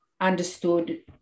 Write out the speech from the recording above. understood